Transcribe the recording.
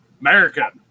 America